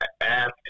ask